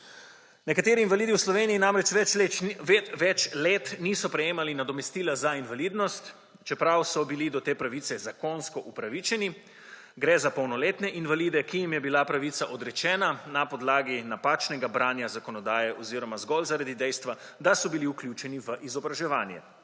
Nekateri invalidi v Sloveniji namreč več let niso prejemali nadomestila za invalidnost, čeprav so bili do te pravice zakonsko upravičeni. Gre za polnoletne invalide, ki jim je bila pravica odrečena na podlagi napačnega branja zakonodaje oziroma zgolj zaradi dejstva, da so bili vključeni v izobraževanje.